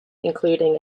including